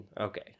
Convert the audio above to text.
okay